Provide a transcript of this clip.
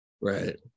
Right